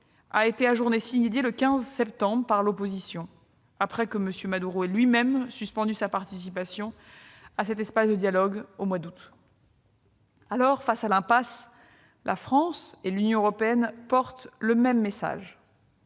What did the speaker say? a été ajourné le 15 septembre par l'opposition, après que M. Maduro a lui-même suspendu, au mois d'août, sa participation à cet espace de dialogue. Alors, face à l'impasse, la France et l'Union européenne portent le même message.